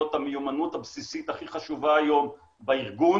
המיומנות הבסיסית הכי חשובה היום בארגון.